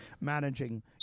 Managing